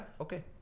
Okay